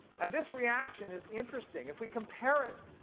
and this reaction is interesting. if we compare it,